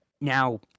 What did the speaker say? Now